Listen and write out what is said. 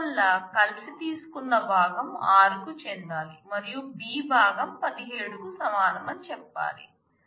అందువల్ల కలిసి తీసుకున్న భాగం r కు చెందాలి మరియు b భాగం 17కు సమానం అని చెప్పాలి